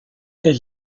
elle